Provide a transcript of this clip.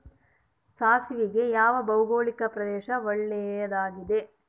ಸಾಸಿವೆಗೆ ಯಾವ ಭೌಗೋಳಿಕ ಪ್ರದೇಶ ಒಳ್ಳೆಯದಾಗಿದೆ?